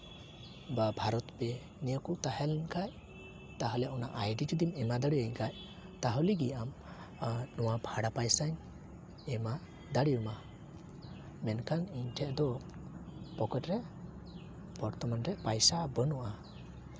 ᱵᱟ ᱵᱷᱟᱨᱚᱛ ᱯᱮᱹ ᱱᱤᱭᱟᱹ ᱠᱚ ᱛᱟᱦᱮᱸ ᱞᱮᱱᱠᱷᱟᱱ ᱛᱟᱦᱞᱮ ᱚᱱᱟ ᱟᱭᱰᱤ ᱡᱩᱫᱤᱢ ᱮᱢᱟ ᱫᱟᱲᱮᱭᱟᱹᱧ ᱠᱷᱟᱱ ᱛᱟᱦᱞᱮ ᱜᱮ ᱟᱢ ᱱᱚᱣᱟ ᱵᱷᱟᱲᱟ ᱯᱚᱭᱥᱟᱧ ᱮᱢᱟ ᱫᱟᱲᱮ ᱟᱢᱟ ᱢᱮᱱᱠᱷᱟᱱ ᱤᱧ ᱴᱷᱮᱱ ᱫᱚ ᱯᱚᱠᱮᱴ ᱨᱮ ᱵᱚᱨᱛᱚᱢᱟᱱ ᱨᱮ ᱯᱚᱭᱥᱟ ᱵᱟᱹᱱᱩᱜᱼᱟ